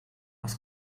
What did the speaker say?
was